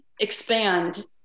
expand